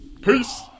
Peace